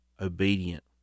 obedient